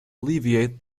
alleviate